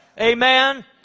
Amen